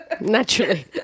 Naturally